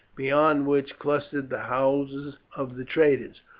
beyond which clustered the houses of the traders,